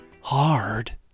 Hard